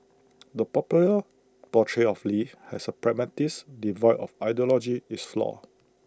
the popular portrayal of lee as A pragmatist devoid of ideology is flawed